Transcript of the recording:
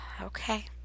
Okay